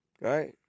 Right